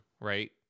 right